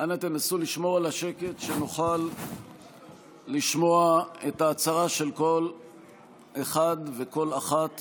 כדי שנוכל לשמוע את ההצהרה של כל אחד וכל אחת